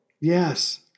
Yes